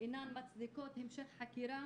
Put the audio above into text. אינן מצדיקות המשך חקירה